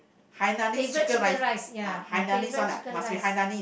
favourite chicken rice ya my favourite chicken rice